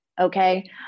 okay